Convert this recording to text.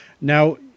Now